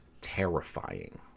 terrifying